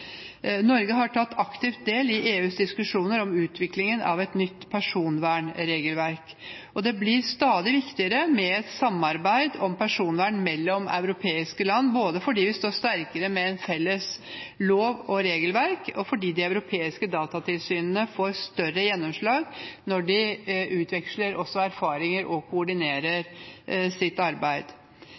Norge og internasjonalt. Norge har aktivt tatt del i EUs diskusjoner om utviklingen av et nytt personvernregelverk. Det blir stadig viktigere med samarbeid om personvern mellom europeiske land, både fordi vi står sterkere med felles lov og regelverk, og fordi de europeiske datatilsynene får større gjennomslag når de utveksler erfaringer og koordinerer sitt arbeid.